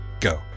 go